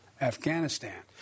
Afghanistan